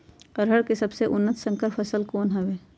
अरहर के सबसे उन्नत संकर फसल कौन हव?